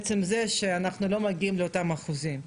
מעצם זה שאנחנו לא מגיעים לאותם האחוזים.